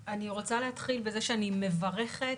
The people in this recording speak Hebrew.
אני רוצה להתחיל בזה שאני מברכת,